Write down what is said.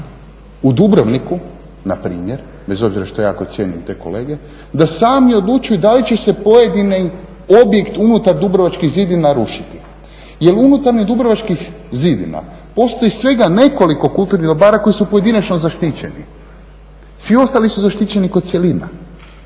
u Dubrovniku npr., bez obzira što jako cijenim te kolege, da sami odlučuju da li će se pojedini objekt unutar Dubrovačkih zidina rušiti. Jer unutar Dubrovačkih zidina postoji svega nekoliko kulturnih dobara koji su pojedinačno zaštićeni, svi ostali su zaštićeni kao cjelina,